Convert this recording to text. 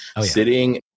sitting